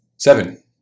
Seven